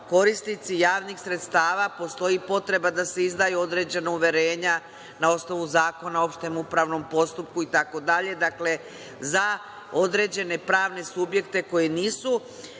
korisnici javnih sredstava, postoji potreba da se izdaju i određena uverenja na osnovu Zakona o opštem upravnom postupku itd, dakle, za određene pravne subjekte koji nisu